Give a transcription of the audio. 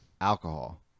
alcohol